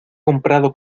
comprado